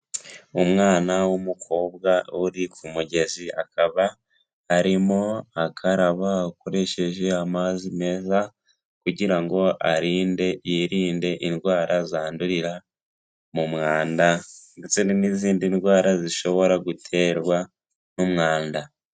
Umwana w'umukobwa uri ku mugezi akaba arimo akaraba akoresheje amazi meza kugirango arinde yirinde indwara zandurira mu mwanda ndetse n'izindi ndwara zishobora guterwa n'mwanda.